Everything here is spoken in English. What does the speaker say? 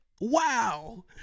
wow